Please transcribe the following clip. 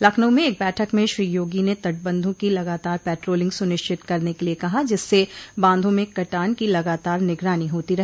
लखनऊ में एक बैठक में श्री योगी ने तटबंधों की लगातार पेटोलिंग सुनिश्चित करने के लिये कहा जिससे बांधों में कटान की लगातार निगरानी होती रहे